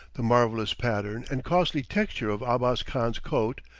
the marvellous pattern and costly texture of abbas khan's coat,